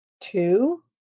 two